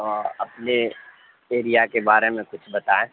اور اپنے ایریا کے بارے میں کچھ بتائیں